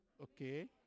okay